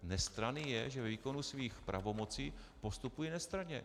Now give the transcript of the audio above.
Nestranný je, že ve výkonu svých pravomocí postupuje nestranně.